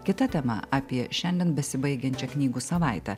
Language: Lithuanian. kita tema apie šiandien besibaigiančią knygų savaitę